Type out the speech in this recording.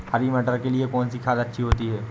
हरी मटर के लिए कौन सी खाद अच्छी होती है?